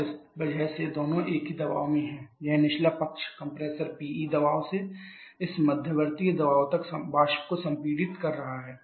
और इस वजह से दोनों एक ही दबाव में हैं यह निचला पक्ष कंप्रेसर पीई दबाव से इस मध्यवर्ती दबाव तक वाष्प को संपीड़ित करता है